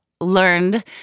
learned